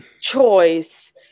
choice